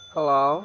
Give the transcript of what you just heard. Hello